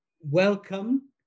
welcome